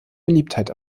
beliebtheit